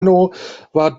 rodríguez